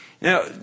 Now